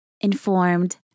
informed